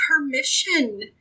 permission